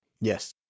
Yes